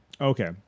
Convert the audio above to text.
Okay